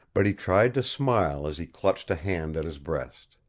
but he tried to smile as he clutched a hand at his breast.